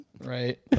Right